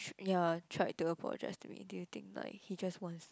ya tried to approach as communicating do you think like he just wants to